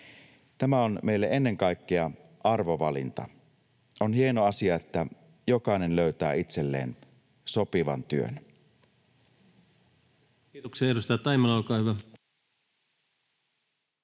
Tämä on meille ennen kaikkea arvovalinta. On hieno asia, että jokainen löytää itselleen sopivan työn. Kiitoksia. — Edustaja Taimela, olkaa hyvä.